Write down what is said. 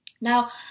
Now